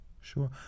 sure